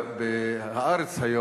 חבר הכנסת ברכה, בבקשה.